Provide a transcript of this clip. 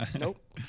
Nope